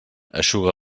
eixuga